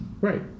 Right